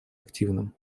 активным